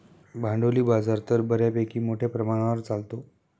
भांडवली बाजार तर बऱ्यापैकी मोठ्या प्रमाणावर चालतो